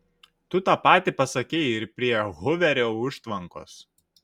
tu tą patį pasakei ir prie huverio užtvankos